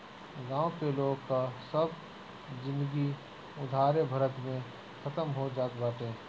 गांव के लोग कअ सब जिनगी उधारे भरत में खतम हो जात बाटे